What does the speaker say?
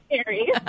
scary